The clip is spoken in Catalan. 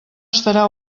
estarà